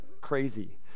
crazy